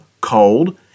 Cold